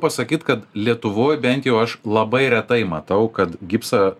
pasakyt kad lietuvoj bent jau aš labai retai matau kad gipsą